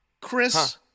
Chris